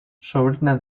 sobrina